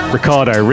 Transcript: Ricardo